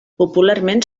popularment